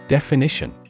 Definition